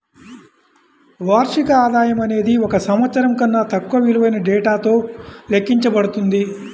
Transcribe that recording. వార్షిక ఆదాయం అనేది ఒక సంవత్సరం కన్నా తక్కువ విలువైన డేటాతో లెక్కించబడుతుంది